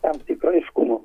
tam tikro aiškumo